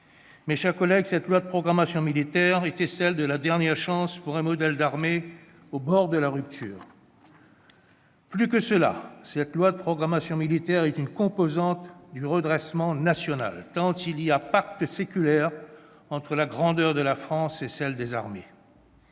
Mes chers collègues, cette loi de programmation militaire était celle de la dernière chance pour un modèle d'armée au bord de la rupture. Plus encore, cette loi de programmation militaire est une composante du redressement national, tant il existe un pacte séculaire entre la grandeur de la France et la grandeur